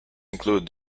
include